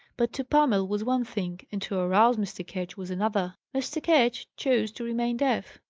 but to pummel was one thing, and to arouse mr. ketch was another. mr. ketch chose to remain deaf.